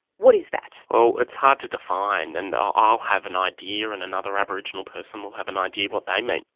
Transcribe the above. what is that? well, it's hard to define. and i'll have an idea and another aboriginal person will have an idea what they mean.